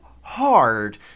hard